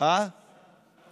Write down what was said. אין שר.